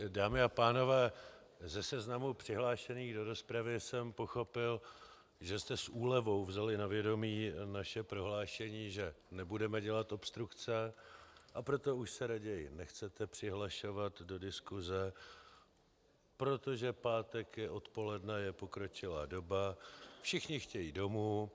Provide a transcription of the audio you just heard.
Dámy a pánové, ze seznamu přihlášených do rozpravy jsem pochopil, že jste s úlevou vzali na vědomí naše prohlášení, že nebudeme dělat obstrukce, a proto už se raději nechcete přihlašovat do diskuse, protože je pátek odpoledne, je pokročilá doba, všichni chtějí domů.